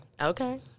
okay